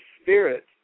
Spirit